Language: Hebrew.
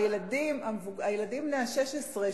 הילדים בני ה-16,